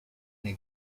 nei